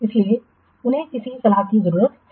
इसके लिए सलाह की जरूरत है